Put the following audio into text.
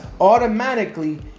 automatically